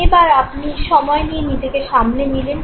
এবার আপনি সময় নিয়ে নিজেকে সামলে নিলেন